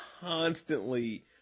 constantly